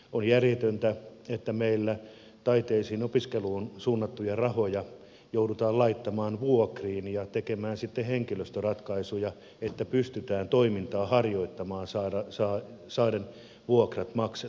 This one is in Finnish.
on järjetöntä että meillä taiteisiin ja opiskeluun suunnattuja rahoja joudutaan laittamaan vuokriin ja tekemään sitten henkilöstöratkaisuja että pystytään toimintaa harjoittamaan ja saamaan vuokrat maksettua